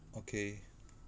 okay